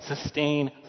sustain